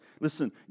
Listen